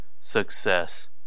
success